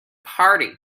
party